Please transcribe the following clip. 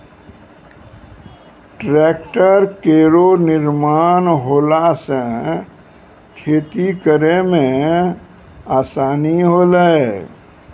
tractor केरो निर्माण होला सँ खेती करै मे आसानी होलै